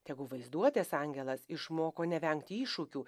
tegu vaizduotės angelas išmoko nevengti iššūkių